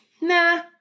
nah